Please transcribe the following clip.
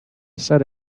said